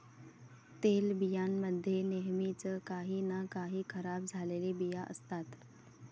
तेलबियां मध्ये नेहमीच काही ना काही खराब झालेले बिया असतात